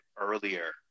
earlier